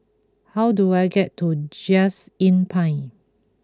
how do I get to Just Inn Pine